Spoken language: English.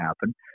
happen